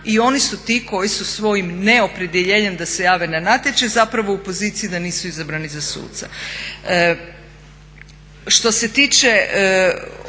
I oni su ti koji su svojim neopredjeljenjem da se jave na natječaj zapravo u poziciji da nisu izabrani za suca.